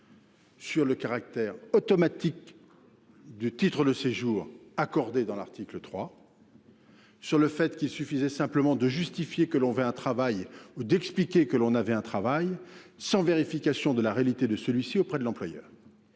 sur le caractère automatique du titre de séjour accordé dans le cadre de l’article 3 : il aurait alors suffi de justifier que l’on voulait un travail ou d’expliquer que l’on avait un travail, sans vérification de la réalité de celui ci auprès de l’employeur,